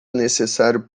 necessário